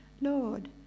Lord